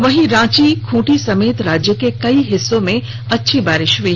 वहीं रांची खूंटी समेत राज्य के कई हिस्सों में बारिश हुई